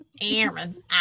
Aaron